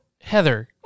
Heather